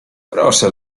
proszę